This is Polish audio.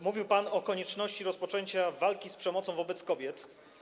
Mówił pan o konieczności rozpoczęcia walki z przemocą wobec kobiet.